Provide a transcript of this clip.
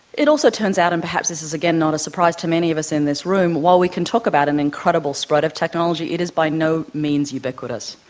it also turns out, and perhaps this is again not a surprise to many of us in this room, while we can talk about an incredible spread of technology, it is by no means ubiquitous.